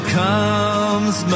comes